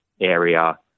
area